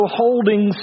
holding